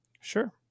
Sure